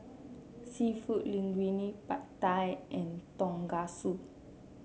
seafood Linguine Pad Thai and Tonkatsu